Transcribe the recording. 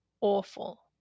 awful